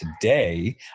today